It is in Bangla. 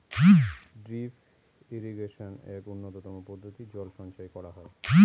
ড্রিপ ইরিগেশনে এক উন্নতম পদ্ধতিতে জল সঞ্চয় করা হয়